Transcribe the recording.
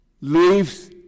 leaves